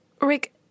Rick